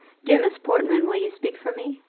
dear miss portman, will you speak for me?